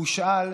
הוא שאל: